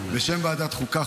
בשם ועדת החוקה,